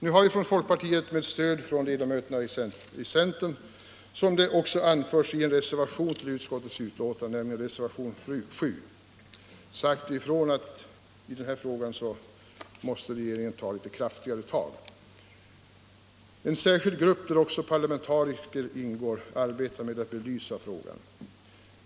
Nu har vi från folkpartiet med stöd av ledamöterna från centern, såsom anförs i reservationen 7 vid utskottets betänkande, sagt ifrån att regeringen i den här frågan måste ta litet kraftigare tag. En särskild grupp, där också parlamentariker ingår, arbetar med att belysa frågan.